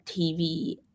TV